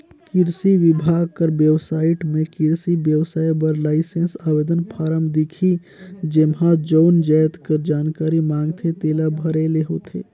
किरसी बिभाग कर बेबसाइट में किरसी बेवसाय बर लाइसेंस आवेदन फारम दिखही जेम्हां जउन जाएत कर जानकारी मांगथे तेला भरे ले होथे